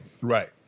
Right